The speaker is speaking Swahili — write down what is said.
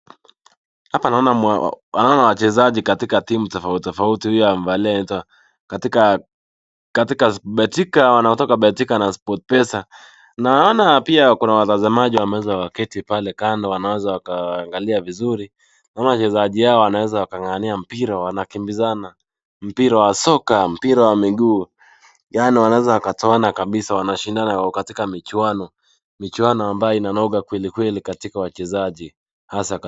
Hapa naona wachezaji katika timu tofauti tofauti. Huyu amevalia, katika Betika wanaotoka Betika na Sportpesa. Naona pia kuna watazamaji wameweza kuketi pale kando wanaweza wakaangalia vizuri. Naona wachezaji hawa wanaweza wakang'ang'ania mpira wanakimbizana, mpira wa soka, mpira wa miguu. Yaani wanaweza wakatoana kabisa, wanashindana katika michuano, michuano ambayo inanoga kweli kweli katika wachezaji hasa.